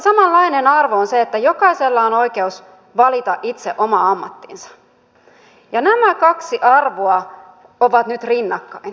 samanlainen arvo on se että jokaisella on oikeus valita itse oma ammattinsa ja nämä kaksi arvoa ovat nyt rinnakkain